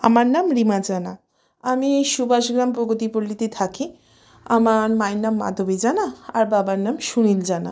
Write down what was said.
আমার নাম রিমা জানা আমি এই সুভাষগ্রাম প্রগতি পল্লিতে থাকি আমার মায়ের নাম মাধবী জানা আর বাবার নাম সুনীল জানা